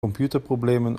computerprobleem